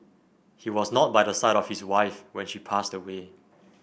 he was not by the side of his wife when she passed away